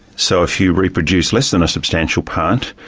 so if you reproduce less than a substantial part,